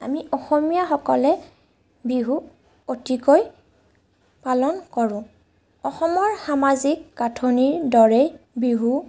আমি অসমীয়াসকলে বিহুক অতিকৈ পালন কৰোঁ অসমৰ সামাজিক গাঁথনিৰ দৰে বিহু